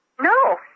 No